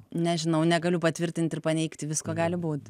nežinau negaliu patvirtinti ir paneigti visko gali būt